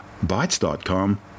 Bytes.com